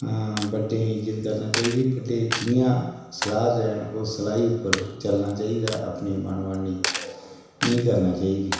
अ बड्डें ई इज्जत करना चाहिदी बड्डे जि'यां सलाह् देन इ'यां ओह् सलाही उप्पर चलना चाहिदा अपनी मनमानी नेईं करना चाहिदी